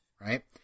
right